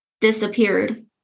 disappeared